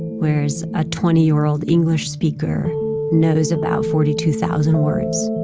whereas a twenty year old english speaker knows about forty two thousand words